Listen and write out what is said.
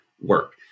work